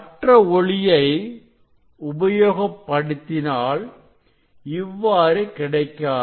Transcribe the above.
மற்ற ஒளியை உபயோகப்படுத்தினால் இவ்வாறு கிடைக்காது